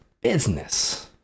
business